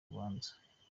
rubanza